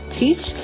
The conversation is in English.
teach